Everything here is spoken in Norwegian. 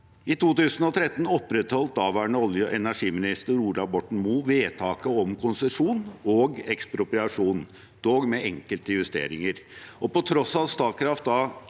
I 2013 opprettholdt daværende olje- og energiminister Ola Borten Moe vedtaket om konsesjon og ekspropriasjon, dog med enkelte justeringer. På tross av at Statkraft da